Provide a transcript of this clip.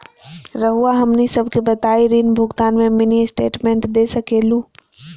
रहुआ हमनी सबके बताइं ऋण भुगतान में मिनी स्टेटमेंट दे सकेलू?